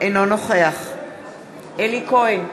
אינו נוכח אלי כהן,